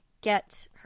get